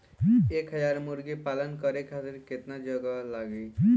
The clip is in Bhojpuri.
एक हज़ार मुर्गी पालन करे खातिर केतना जगह लागी?